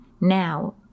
Now